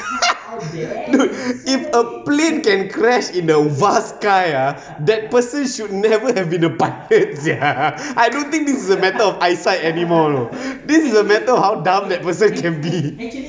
look if a plane can crash in the vast sky ah that person should never have been a pilot sia but I don't think this is a matter of eyesight anymore you know this is a matter of how dumb that person can be